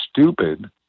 stupid